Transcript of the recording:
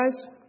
guys